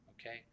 Okay